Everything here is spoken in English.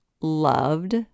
loved